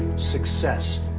success.